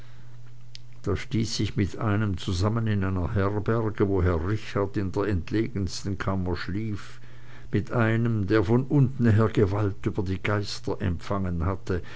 da stieß ich mit einem zusammen in einer herberge wo herr richard in der entlegensten kammer schlief mit einem der von unten her gewalt über die geister empfangen hatte